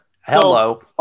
Hello